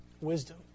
Wisdom